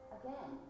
again